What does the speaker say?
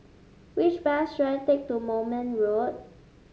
which bus should I take to Moulmein Road